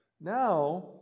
Now